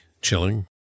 chilling